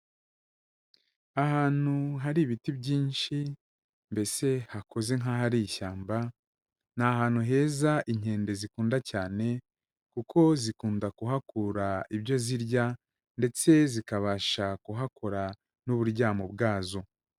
Ahantu hari ibiti byinshi mbese hakoze nkaho ari ishyamba, ni ahantu heza inkende zikunda cyane kuko zikunda kuhakura ibyo zirya ndetse zikabasha kuhakora n'uburyamo bwazo.